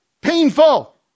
Painful